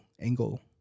angle